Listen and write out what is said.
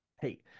Hey